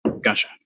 Gotcha